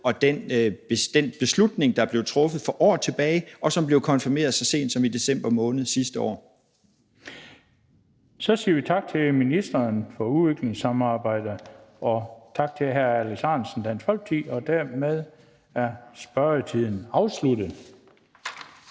og den beslutning, der blev truffet for år tilbage, og som blev konfirmeret så sent som i december måned sidste år. Kl. 17:22 Den fg. formand (Bent Bøgsted): Så siger vi tak til ministeren for udviklingssamarbejde, og tak til hr. Alex Ahrendtsen, Dansk Folkeparti. Dermed er spørgetiden afsluttet.